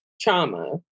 trauma